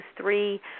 three